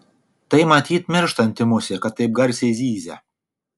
tai matyt mirštanti musė kad taip garsiai zyzia